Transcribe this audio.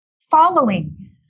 following